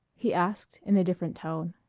he asked in a different tone.